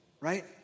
right